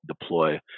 deploy